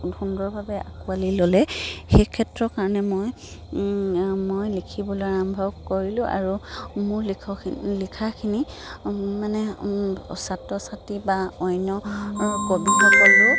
সুন্দৰভাৱে আঁকোৱালি ল'লে সেই ক্ষেত্ৰৰ কাৰণে মই মই লিখিবলৈ আৰম্ভ কৰিলোঁ আৰু মোৰ লিখ লিখাখিনি মানে ছাত্ৰ ছাত্ৰী বা অন্য কবিসকলেও